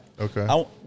Okay